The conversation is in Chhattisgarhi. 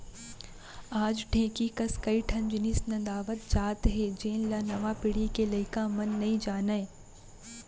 आज ढेंकी कस कई ठन जिनिस नंदावत जात हे जेन ल नवा पीढ़ी के लइका मन नइ जानयँ